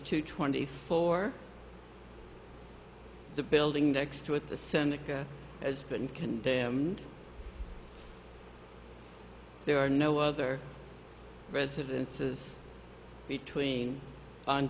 to twenty four the building next to it the seneca has been condemned there are no other residences between